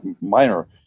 minor